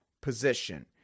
position